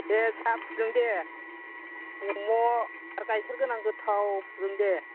दे साह फुदुं दे मम' आर गायखेर गोनां गोथाव फुदुं दे